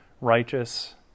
righteous